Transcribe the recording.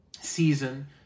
season